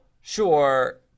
sure